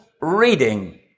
reading